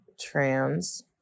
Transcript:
trans